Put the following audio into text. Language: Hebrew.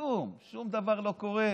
כלום, שום דבר לא קורה.